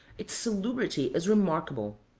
its salubrity is remarkable.